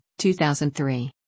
2003